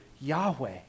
Yahweh